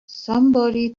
somebody